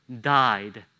died